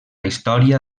història